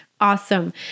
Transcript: awesome